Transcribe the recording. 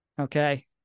Okay